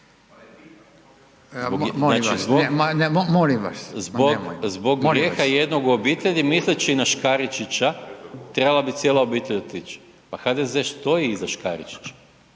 molim vas./… zbog grijeha jednog u obitelji misleći na Škaričića trebala bi cijela obitelj otić, pa HDZ stoji iza Škaričića,